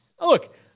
look